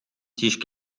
tisch